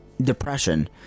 depression